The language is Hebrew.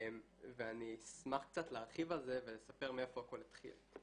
ואני אשמח קצת להרחיב על זה ולספר מאיפה הכל התחיל.